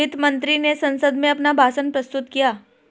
वित्त मंत्री ने संसद में अपना भाषण प्रस्तुत किया